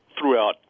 throughout